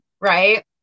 Right